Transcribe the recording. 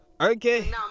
Okay